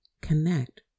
connect